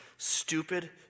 Stupid